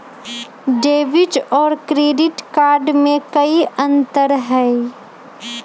Debit और credit card में कई अंतर हई?